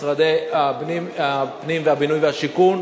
משרדי הפנים והבינוי והשיכון,